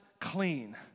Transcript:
clean